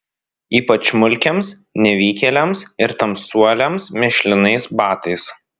ypač mulkiams nevykėliams ir tamsuoliams mėšlinais batais